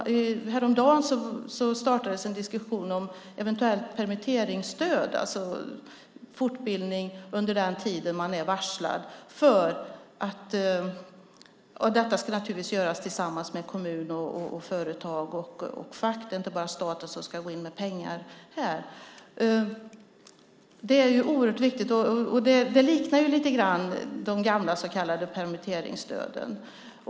Häromdagen startades en diskussion om eventuellt permitteringsstöd, alltså fortbildning under den tid man är varslad, och detta ska naturligtvis göras tillsammans med kommun, företag och fack. Det är inte bara staten som ska gå in med pengar. Det är oerhört viktigt. Det liknar lite grann de gamla så kallade permitteringsstöden.